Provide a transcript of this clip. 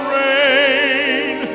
rain